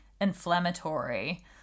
inflammatory